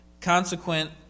consequent